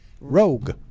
Rogue